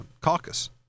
caucus